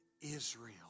Israel